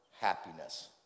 happiness